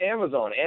Amazon